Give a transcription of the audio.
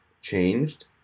changed